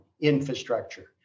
infrastructure